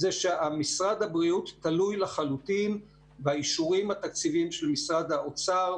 שמשרד הבריאות תלוי לחלוטין באישורים התקציביים של משרד האוצר,